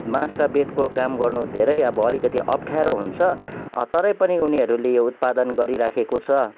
बाँसका बेतको काम गर्नु धेरै अब अलिकति अप्ठ्यारो हुन्छ तरै पनि उनीहरूले यो उत्पादन गरिरहेको छ